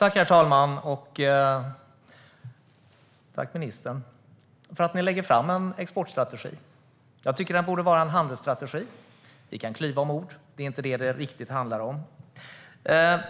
Herr talman! Tack, ministern, för att ni lägger fram en exportstrategi! Jag tycker att det borde vara en handelsstrategi. Vi kan klyva ord; det är inte det som det handlar om.